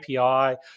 API